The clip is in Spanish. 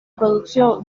producción